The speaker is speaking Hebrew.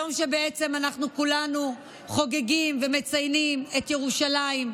יום שבו כולנו חוגגים ומציינים את ירושלים,